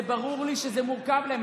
זה ברור לי שזה מורכב להם.